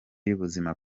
y’ubuzima